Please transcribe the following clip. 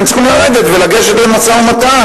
והם צריכים לרדת מהם ולגשת למשא-ומתן.